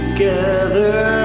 together